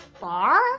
bar